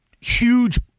huge